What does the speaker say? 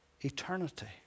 eternity